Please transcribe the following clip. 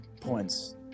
points